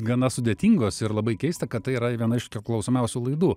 gana sudėtingos ir labai keista kad tai yra viena iš klausomiausių laidų